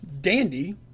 Dandy